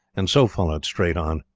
and so followed straight on.